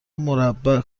مربع